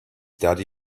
daddy